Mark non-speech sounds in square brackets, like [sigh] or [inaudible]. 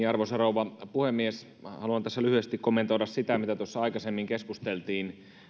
[unintelligible] arvoisa rouva puhemies haluan tässä lyhyesti kommentoida sitä mitä tuossa aikaisemmin keskusteltiin